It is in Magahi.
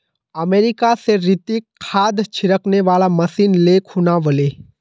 अमेरिका स रितिक खाद छिड़कने वाला मशीन ले खूना व ले